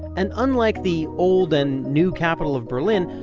and unlike the old and new capital of berlin,